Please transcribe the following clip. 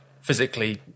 physically